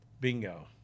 bingo